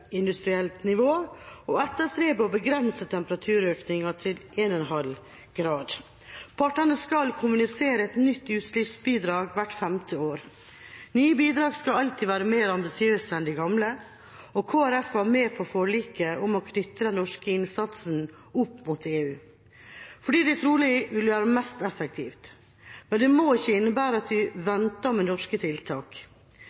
førindustrielt nivå og etterstrebe å begrense temperaturøkninga til 1,5 grader. Partene skal kommunisere et nytt utslippsbidrag hvert femte år. Nye bidrag skal alltid være mer ambisiøse enn de gamle. Kristelig Folkeparti var med på forliket om å knytte den norske innsatsen opp mot EU fordi det trolig vil være mest effektivt. Det må ikke innebære at vi